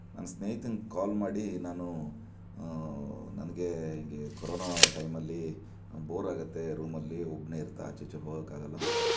ನನ್ನ ಸೇಹಿತಂಗೆ ಕಾಲ್ ಮಾಡಿ ನಾನು ನನಗೆ ಹೀಗೆ ಕರೋನ ಟೈಮಲ್ಲಿ ಬೋರ್ ಆಗುತ್ತೆ ರೂಮಲ್ಲಿ ಒಬ್ಬನೇ ಇರ್ತಾ ಆಚೆ ಈಚೆ ಹೋಗಕ್ಕೆ ಆಗೋಲ್ಲ